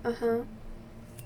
(uh huh)